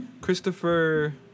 christopher